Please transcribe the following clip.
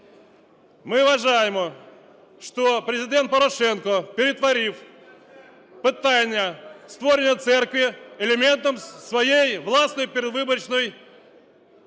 Ми вважаємо, що Президент Порошенко перетворив питання створення церкви елементом своєї власної передвиборчої